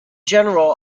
general